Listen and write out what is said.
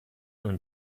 non